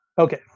Okay